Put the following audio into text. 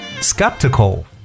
skeptical